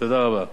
תודה רבה.